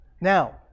Now